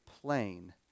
plain